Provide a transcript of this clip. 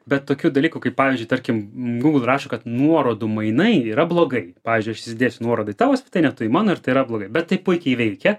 bet tokių dalykų kai pavyzdžiui tarkim google rašo kad nuorodų mainai yra blogai pavyzdžiuiaš įsidėsiu nuorodą į tavo svetainę tu į mano ir tai yra blogai bet tai puikiai veikia